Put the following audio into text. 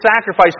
sacrifice